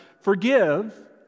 Forgive